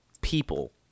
people